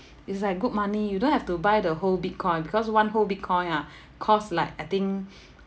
it's like good money you don't have to buy the whole bitcoin because one whole bitcoin ah cost like I think